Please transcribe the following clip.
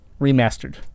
remastered